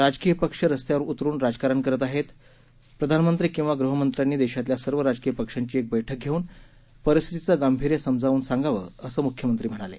राजकीय पक्ष रस्त्यावर उतरून राजकारण करत आहेत पंतप्रधान किंवा गृहमंत्र्यांनी देशातल्या सर्व राजकीय पक्षांची एक बैठक घेऊन परिस्थितीचं गांभीर्य समजावून सांगावं असंही मुख्यमंत्री म्हणाले